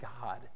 God